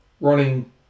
running